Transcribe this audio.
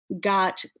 got